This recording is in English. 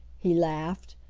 he laughed,